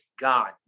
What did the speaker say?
God